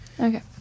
Okay